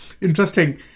Interesting